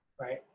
right.